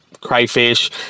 crayfish